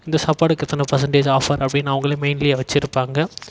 இந்த சாப்பாடுக்கு இத்தனை பெர்சன்டேஜ் ஆஃபர் அப்படின்னு அவங்களே மெயின்லேயே வைச்சிருப்பாங்க